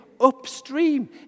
upstream